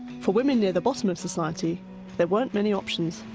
for women near the bottom of society there weren't many options.